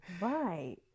right